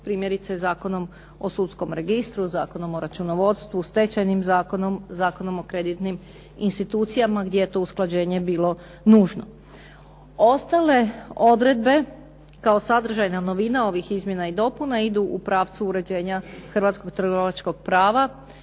primjerice Zakonom o sudskom registru, Zakonom o računovodstvu, Stečajnim zakonom, Zakonom o kreditnim institucijama gdje je to usklađenje bilo nužno. Ostale odredbe kao sadržajna novina ovih izmjena i dopuna idu u pravcu uređenja hrvatskog trgovačkog prava